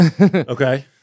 okay